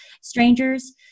strangers